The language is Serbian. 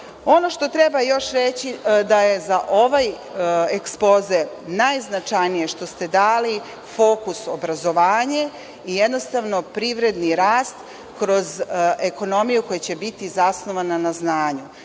što treba još reći za ovaj ekspoze najznačajnije što ste dali fokus – obrazovanje, i jednostavno, privredni rast kroz ekonomiju koja će biti zasnovana na znanju.